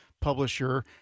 publisher